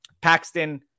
Paxton –